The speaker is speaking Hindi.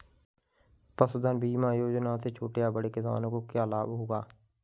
पशुधन बीमा योजना से छोटे या बड़े किसानों को क्या लाभ होगा?